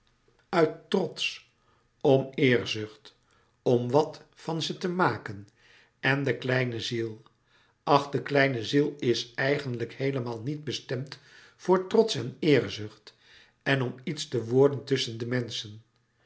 uit trots om eerzucht om wat van ze te maken en de kleine ziel ach de kleine ziel is eigenlijk heelemaal niet bestemd voor trots en eerzucht en om iets te worden tusschen de menschen